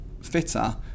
fitter